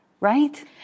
Right